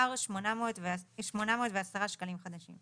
נאמר "810 שקלים חדשים".